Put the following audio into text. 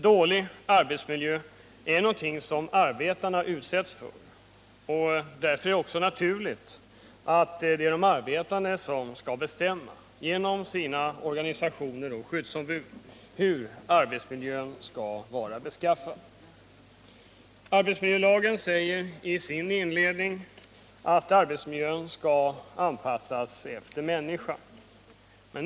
Dålig arbetsmiljö är någonting som arbetarna utsätts för, och därför är det också naturligt att det är de arbetande som skall bestämma — genom sina organisationer och skyddsombud — hur arbetsmiljön skall vara beskaffad. Arbetsmiljölagen säger i sin inledning att arbetsmiljön skall anpassas efter människan.